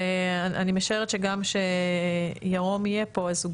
ואני משערת גם שכשירום יהיה פה אז הוא